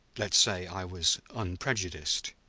let's say i was unprejudiced.